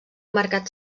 mercat